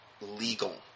legal